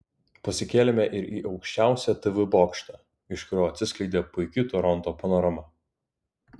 pasikėlėme ir į aukščiausią tv bokštą iš kurio atsiskleidė puiki toronto panorama